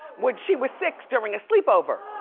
when she was six, during a sleepover.